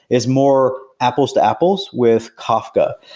is more apples to apples with kafka.